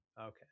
okay